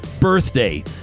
birthday